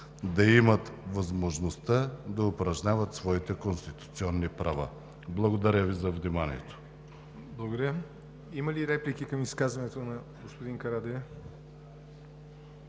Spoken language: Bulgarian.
да имат възможността да упражняват своите конституционни права. Благодаря Ви за вниманието.